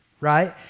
right